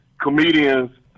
comedians